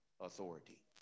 authority